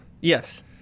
Yes